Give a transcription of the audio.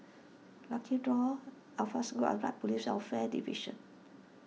Lucky Door Afaswoo Arab Regulation and Police Welfare Division